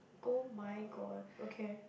[oh]-my-god okay